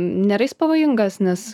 nėra jis pavojingas nes